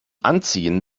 anziehen